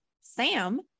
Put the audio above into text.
Sam